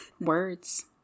words